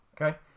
okay